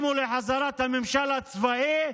לחזרת הממשל הצבאי,